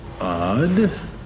odd